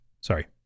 Sorry